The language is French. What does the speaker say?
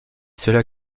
cela